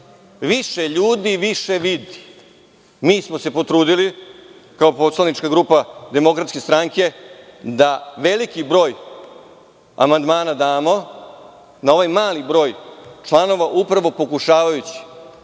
Više ljudi više vidi. Mi smo se potrudili kao poslanička grupa DS da damo veliki broj amandmana na ovaj mali broj članova, upravo pokušavajući